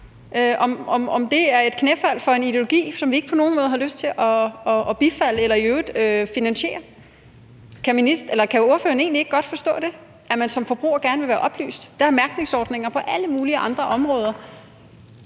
om det er et knæfald for en ideologi, som vi ikke på nogen måde har lyst til at bifalde eller i øvrigt finansiere. Kan ordføreren ikke godt forstå det, altså at man som forbruger gerne vil være oplyst? Der er mærkningsordninger på alle mulige andre områder.